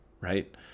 right